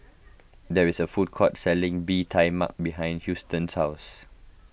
there is a food court selling Bee Tai Mak behind Houston's house